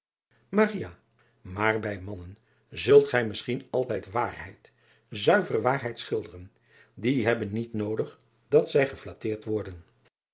aar bij mannen zult gij misschien altijd waarheid zuivere waarheid schilderen die hebben niet noodig dat zij geflatteerd worden